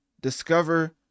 discover